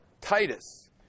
Titus